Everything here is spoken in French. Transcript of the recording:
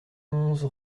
onze